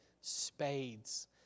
spades